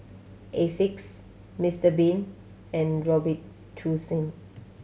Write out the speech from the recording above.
Asics Mister Bean and Robitussin